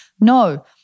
No